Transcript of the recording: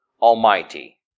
Almighty